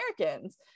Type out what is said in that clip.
Americans